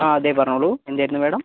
ആ അതെ പറഞ്ഞോളൂ എന്തായിരുന്നു മാഡം